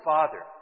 Father